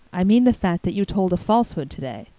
i mean the fact that you told a falsehood today.